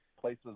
places